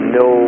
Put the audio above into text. no